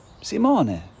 Simone